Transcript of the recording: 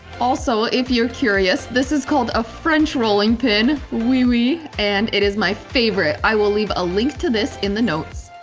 also, if you're curious, this is called a french rolling pin, and it is my favorite. i will leave a link to this in the notes.